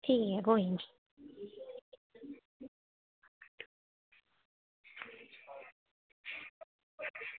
ठीक ऐ कोई निं